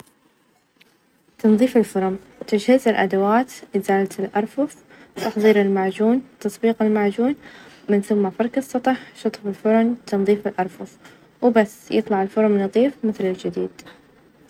خطوات تركيب قطعة أثاث أساسية مثل الطاولة أو الخزانة، أول شي نحتاج تحظير أدوات المكونات ،بعدين نحتاج قراءة التعليمات ونجمع أجزاء، ونركبها على حسب التعليمات، وبكذا تتم تسليح الطاولة.